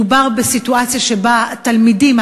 מדובר בסיטואציה שבה התלמידים,